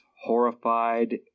horrified